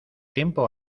tiempo